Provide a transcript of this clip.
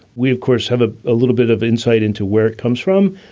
we, of course, have a ah little bit of insight into where it comes from.